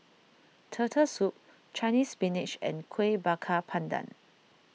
Turtle Soup Chinese Spinach and Kuih Bakar Pandan